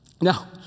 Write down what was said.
Now